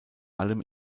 allem